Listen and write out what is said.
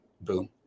boom